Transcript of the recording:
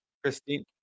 Christine